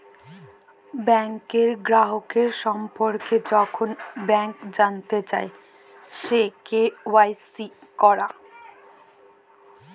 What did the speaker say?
ব্যাংকের গ্রাহকের সম্পর্কে যখল ব্যাংক জালতে চায়, সে কে.ওয়াই.সি ক্যরা